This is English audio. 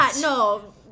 no